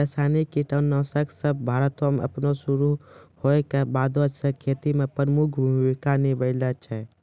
रसायनिक कीटनाशक सभ भारतो मे अपनो शुरू होय के बादे से खेती मे प्रमुख भूमिका निभैने छै